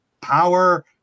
power